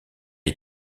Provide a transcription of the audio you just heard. est